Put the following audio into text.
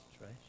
right